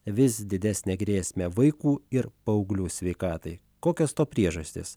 vis didesnę grėsmę vaikų ir paauglių sveikatai kokios to priežastys